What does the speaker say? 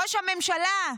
ראש הממשלה,